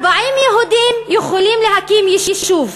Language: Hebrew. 40 יהודים יכולים להקים יישוב,